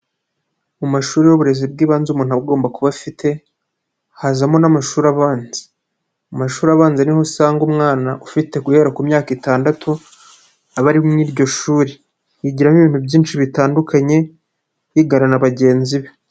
Mu mashuri y'uburezi bw'ibanze, umuntu agomba kuba afite, hazamo n'amashuri abanza. Mu mashuri abanza niho usanga umwana ufite guhera ku myaka itandatu, aba ari muri iryo shuri. Yigiramo ibintu byinshi bitandukanye, yigana na bagenzi be.